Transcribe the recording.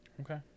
Okay